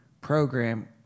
program